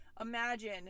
Imagine